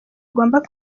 ugomba